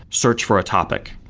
search for a topic.